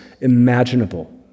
imaginable